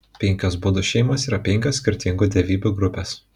penkios budų šeimos yra penkios skirtingų dievybių grupės